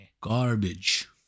Garbage